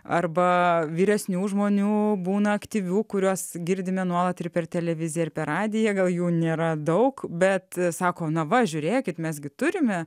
arba vyresnių žmonių būna aktyvių kuriuos girdime nuolat ir per televiziją ir per radiją gal jų nėra daug bet sako na va žiūrėkit mes gi turime